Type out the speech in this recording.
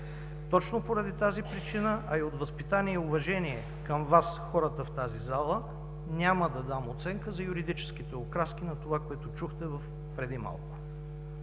Точно поради тази причина, а и от възпитание и уважение към Вас, хората в тази зала, няма да дам оценка за юридическите окраски на това, което чухте преди малко.